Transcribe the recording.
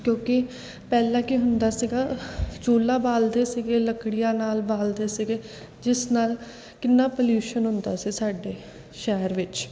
ਕਿਉਂਕਿ ਪਹਿਲਾਂ ਕੀ ਹੁੰਦਾ ਸੀਗਾ ਚੁੱਲ੍ਹਾ ਬਾਲਦੇ ਸੀਗੇ ਲੱਕੜੀਆਂ ਨਾਲ ਬਾਲਦੇ ਸੀਗੇ ਜਿਸ ਨਾਲ ਕਿੰਨਾ ਪਲਿਊਸ਼ਨ ਹੁੰਦਾ ਸੀ ਸਾਡੇ ਸ਼ਹਿਰ ਵਿੱਚ